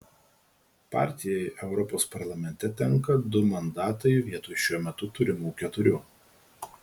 partijai europos parlamente tenka du mandatai vietoj šiuo metu turimų keturių